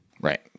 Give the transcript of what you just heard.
Right